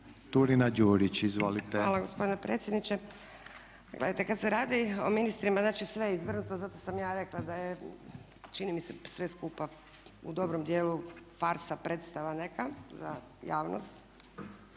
**Turina-Đurić, Nada (HNS)** Hvala gospodine predsjedniče. Gledajte, kad se radi o ministrima znači sve je izvrnuto zato sam ja rekla da je čini mi se sve skupa u dobrom djelu farsa, predstava neka za javnost.